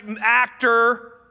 actor